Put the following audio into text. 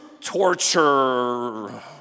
torture